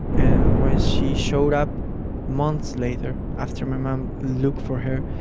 and when she showed up months later, after my mom look for her,